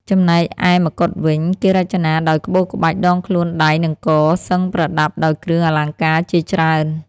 ចំណែកឯម្កុដវិញ គេរចនាដោយក្បូរក្បាច់ ដងខ្លួន ដៃ និងក សឹងប្រដាប់ដោយគ្រឿងអលង្ការជាច្រើន។